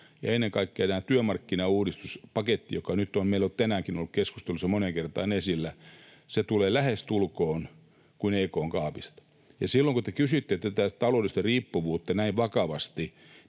ja ennen kaikkea tämä työmarkkinauudistuspaketti, joka nyt on meillä tänäänkin ollut keskustelussa moneen kertaan esillä — tulee lähestulkoon kuin EK:n kaapista. Silloin kun te kysyitte tätä taloudellista riippuvuutta näin vakavasti,